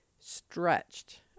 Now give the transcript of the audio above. stretched